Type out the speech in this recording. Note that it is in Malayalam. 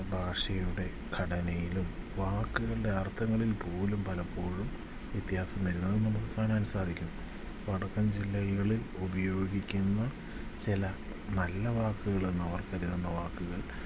ഭാഷയുടെ ഘടനയിലും വാക്കുകളുടെ അർത്ഥങ്ങളിൽപ്പോലും പലപ്പോഴും വ്യത്യാസം വരുന്നത് നമുക്ക് കാണാൻ സാധിക്കുന്നു വടക്കൻ ജില്ലകളിൽ ഉപയോഗിക്കുന്ന ചില നല്ല വാക്കുകളെന്നവർ കരുതുന്ന വാക്കുകൾ